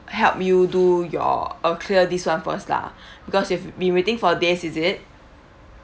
help you do your uh clear this [one] first lah because you've been waiting for days is it